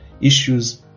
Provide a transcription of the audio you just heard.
issues